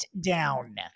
down